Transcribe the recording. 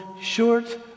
short